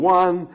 one